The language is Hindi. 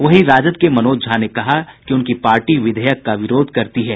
वहीं राजद के मनोज झा ने कहा कि उनकी पार्टी विधेयक का विरोध करती है